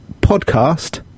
podcast